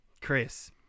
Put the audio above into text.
Chris